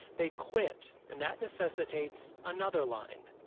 they quit, and that necessitates another line